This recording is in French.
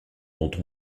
dont